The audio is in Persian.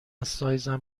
سایزم